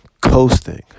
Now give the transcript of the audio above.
Coasting